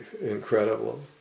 incredible